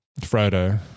Frodo